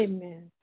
Amen